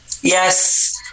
Yes